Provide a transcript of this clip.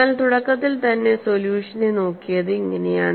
എന്നാൽ തുടക്കത്തിൽ തന്നെ സൊല്യൂഷനെ നോക്കിയത് ഇങ്ങനെയാണ്